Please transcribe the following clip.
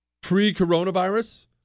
Pre-coronavirus